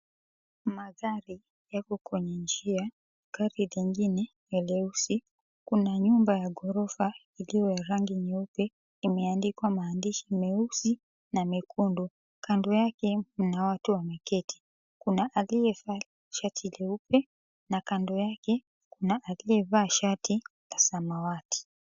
Magari yapo kwenye njia. Gari lengine ni leusi. Kuna nyumba ya ghorofa ilio ya rangi nyeupe, imeandikwa maandishi meusi na mekundu. Kando yake mna watu wameketi. Kuna aliyevaa shati leupe na kando yake kuna aliyevaa shati la samawati.